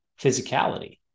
physicality